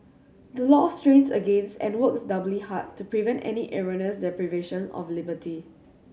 the law strains against and works doubly hard to prevent any erroneous deprivation of liberty